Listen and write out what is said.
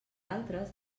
altres